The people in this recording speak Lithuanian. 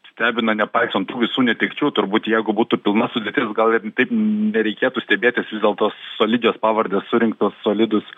stebina nepaisant tų visų netekčių turbūt jeigu būtų pilna sudėtis gal ir taip nereikėtų stebėtis vis dėlto solidžios pavardės surinktos solidūs